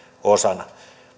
osana